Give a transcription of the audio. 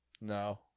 no